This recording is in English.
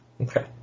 Okay